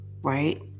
Right